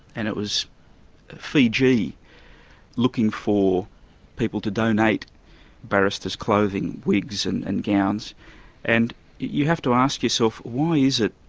and it was fiji looking for people to donate barristers' clothing wigs and and gowns and you have to ask yourself, why is it